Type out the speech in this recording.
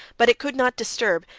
but it could not disturb,